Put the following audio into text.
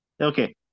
Okay